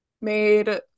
made